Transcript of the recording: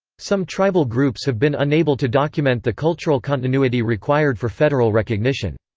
some tribal groups have been unable to document the cultural continuity required for federal recognition.